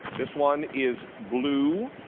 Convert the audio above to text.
this one is blue.